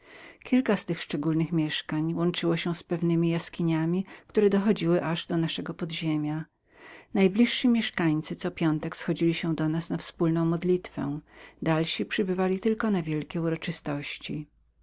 kilka z tych szczególnych mieszkań łączyło się z pewnemi jaskiniami które dochodziły aż do naszego podziemia najbliżsi mieszkańcy co piątek schodzili się do nas na wspólną modlitwę dalsi przybywali tylko na wielkie uroczystości